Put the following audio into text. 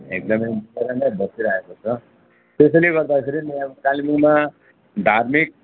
एकदमै मिलेर नै बसिरहेको छ त्यसैले गर्दाखेरि अब कालिम्पोङमा धार्मिक